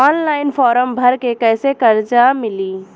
Online form भर के कैसे कर्जा मिली?